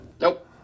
Nope